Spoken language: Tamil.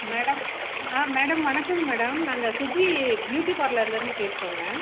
மேடம் ஆ மேடம் வணக்கங்க மேடம் நாங்கள் சுஜி பியூட்டி பார்லர்லேருந்து பேசுகிறோங்க